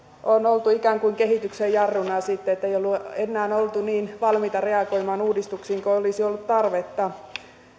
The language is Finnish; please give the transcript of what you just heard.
on oltu ikään kuin kehityksen jarruna ja sitten se että ei ole enää oltu niin valmiita reagoimaan uudistuksiin kuin olisi ollut tarvetta